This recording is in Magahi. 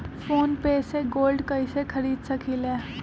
फ़ोन पे से गोल्ड कईसे खरीद सकीले?